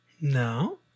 No